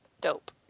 Dope